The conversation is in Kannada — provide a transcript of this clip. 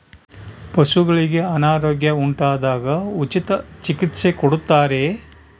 ಪಶುಗಳಿಗೆ ಅನಾರೋಗ್ಯ ಉಂಟಾದಾಗ ಉಚಿತ ಚಿಕಿತ್ಸೆ ಕೊಡುತ್ತಾರೆಯೇ?